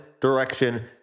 direction